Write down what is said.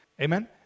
Amen